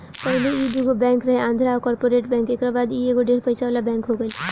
पहिले ई दुगो बैंक रहे आंध्रा आ कॉर्पोरेट बैंक एकरा बाद ई एगो ढेर पइसा वाला बैंक हो गईल